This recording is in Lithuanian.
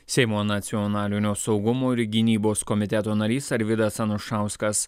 seimo nacionalinio saugumo ir gynybos komiteto narys arvydas anušauskas